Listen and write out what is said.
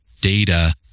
data